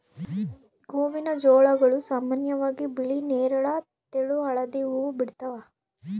ಗೋವಿನಜೋಳಗಳು ಸಾಮಾನ್ಯವಾಗಿ ಬಿಳಿ ನೇರಳ ತೆಳು ಹಳದಿ ಹೂವು ಬಿಡ್ತವ